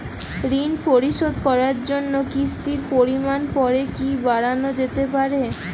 ঋন পরিশোধ করার জন্য কিসতির পরিমান পরে কি বারানো যেতে পারে?